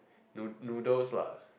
nood~ noodles lah